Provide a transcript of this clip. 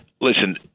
Listen